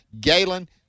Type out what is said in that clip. Galen